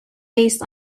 based